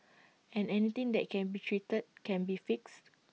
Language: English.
and anything that can be treated can be fixed